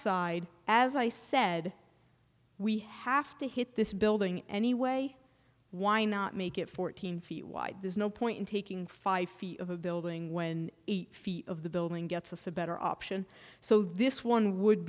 side as i said we have to hit this building anyway why not make it fourteen feet wide there's no point in taking five feet of a building when eight feet of the building gets us a better option so this one would